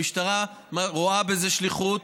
המשטרה רואה בזה שליחות.